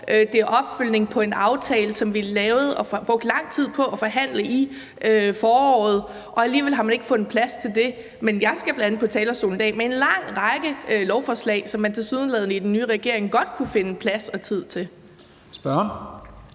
om en opfølgning på en aftale, som vi lavede og brugte lang tid på at forhandle om i foråret, og alligevel har man ikke fundet plads til det, men jeg skal bl.a. på talerstolen i dag i forbindelse med en lang række lovforslag, som man tilsyneladende i den nye regering godt kunne finde plads og tid til. Kl.